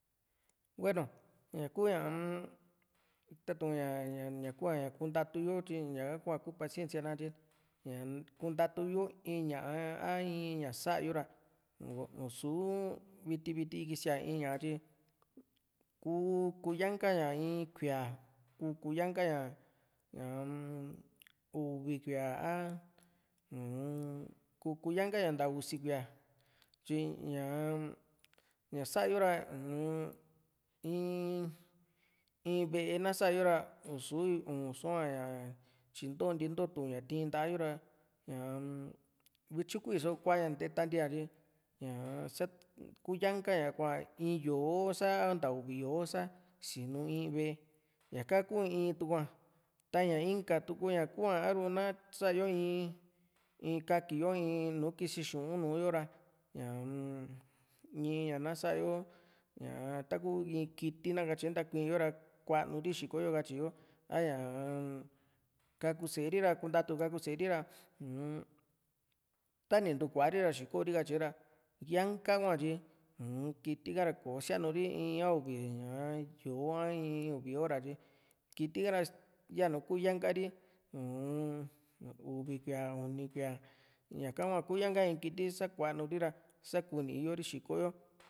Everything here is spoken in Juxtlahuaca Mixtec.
hueno ña ku tatu´n ña ñakua ña kuntatu yo tyi ñaka hua kú paciencia na katye ni kuntatu yo in ñaa a in ñá sa´yo u´suu viti viti kísia´ña in ña´a tyi kú kuyanka ña in kuía kú kuyanka ña ñaa-m uvi kuía a uu-n ku kuyanka ña asunta usi kuía tyi ña i´ña na sa´yo taku in kiti nakatye ntakui yo ra kuanu ri xikoyo katyi yo a ña´a kaku sée ri ra kuntatu kaku séeri ra uum tani ntukua´ri ra xíkori katye ra yaanka hua tyi uu-n kiti ha ra kò´o sianuri in a uvi ña yó´o a in uvi hota tyi kiti ka ra yanu kuyanka ri uu-n uvi kuía uni kuía ñaka hua kún yanka in kiti sa kuanuri ra sa kú ni´yo ri xíkoyo